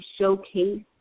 showcase